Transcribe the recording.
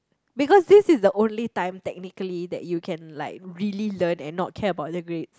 because this is the only time technically that you can like really learn and not care about the grade